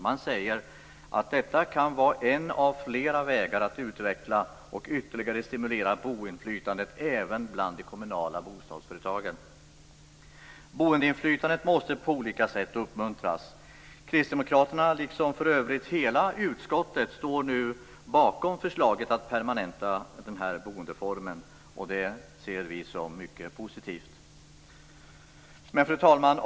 Man säger att detta kan vara en av flera vägar att utveckla och ytterligare stimulera boendeinflytandet även bland de kommunala bostadsföretagen. Boendeinflytandet måste på olika sätt uppmuntras. Kristdemokraterna, liksom för övrigt hela utskottet, står nu bakom förslaget att permanenta denna boendeform, och det ser vi som mycket positivt. Fru talman!